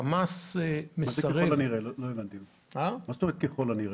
חמאס מסרב --- מה זאת אומרת "ככל הנראה"?